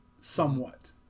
somewhat